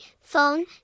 phone